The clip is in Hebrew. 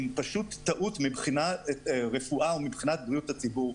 פשוט טעות מבחינת רפואה ומבחינת בריאות הציבור.